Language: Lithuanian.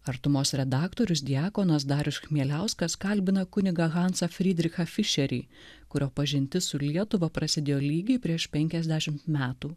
artumos redaktorius diakonas darius chmieliauskas kalbina kun hansą frydrichą fišerį kurio pažintis su lietuva prasidėjo lygiai prieš penkiasdešimt metų